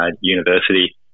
University